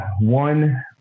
one